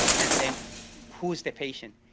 and then who is the patient.